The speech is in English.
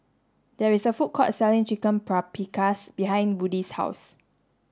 there is a food court selling Chicken Paprikas behind Woodie's house